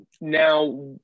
now